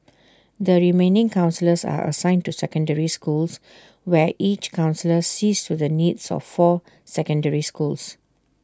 the remaining counsellors are assigned to secondary schools where each counsellor sees to the needs of four secondary schools